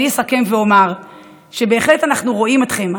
אני אסכם ואומר שאנחנו בהחלט רואים אתכם,